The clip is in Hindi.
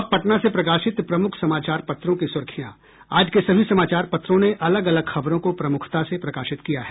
अब पटना से प्रकाशित प्रमुख समाचार पत्रों की सुर्खियां आज के सभी समाचार पत्रों ने अलग अलग खबरों को प्रमुखता से प्रकाशित किया है